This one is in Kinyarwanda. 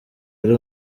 ari